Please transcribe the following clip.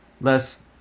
less